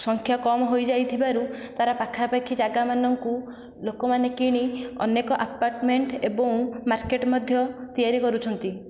ସଂଖ୍ୟା କମ୍ ହେଇଯାଇଥିବାରୁ ତା ର ପାଖାପାଖି ଜାଗାମାନଙ୍କୁ ଲୋକମାନେ କିଣି ଅନେକ ଆପାର୍ଟମେଣ୍ଟ ଏବଂ ମାର୍କେଟ ମଧ୍ୟ୍ୟ ତିଆରି କରୁଛନ୍ତି